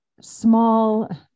small